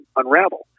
unravel